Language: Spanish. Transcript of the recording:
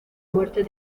muerte